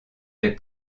des